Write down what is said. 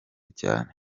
cyane